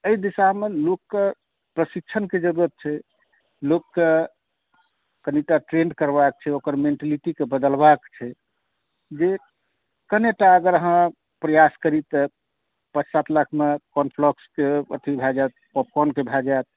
एहि दिशामे लोककेँ प्रशिक्षणक जरूरत छै लोककेँ कनिटा ट्रेन करबाक छै मेंटलिटीकेँ बदलबाक छै जे कनिटा अगर अहाँ प्रआस करि तऽ पाँच सात लाखमे कॉर्न फलैक्सके अथी भए जायत पॉप कॉर्नके भए जायत